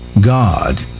God